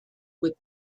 with